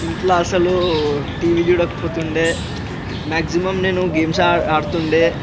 ఇంట్లో అసలు టీవీ చూడకపోతుండే మ్యాక్సిమమ్ నేను గేమ్స్ ఆడుతుండే